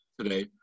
today